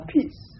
peace